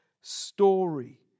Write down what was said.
story